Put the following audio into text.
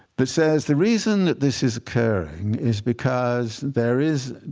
that says, the reason that this is occurring is because there is,